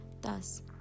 Thus